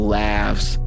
laughs